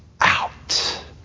out